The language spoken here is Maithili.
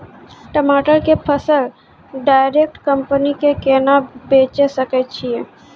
टमाटर के फसल डायरेक्ट कंपनी के केना बेचे सकय छियै?